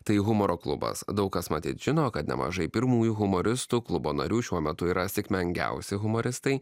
tai humoro klubas daug kas matyt žino kad nemažai pirmųjų humoristų klubo narių šiuo metu yra sėkmengiausi humoristai